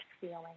feeling